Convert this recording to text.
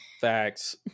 Facts